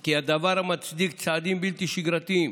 כי הדבר מצדיק צעדים בלתי שגרתיים,